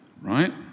right